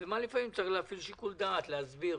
ומה לפעמים צריך להפעיל שיקול דעת ולהסביר.